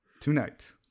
Tonight